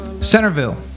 Centerville